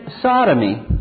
sodomy